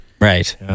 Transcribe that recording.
Right